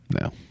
No